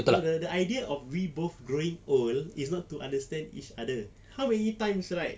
the the idea of we both growing old is not to understand each other how many times right